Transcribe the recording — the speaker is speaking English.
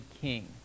king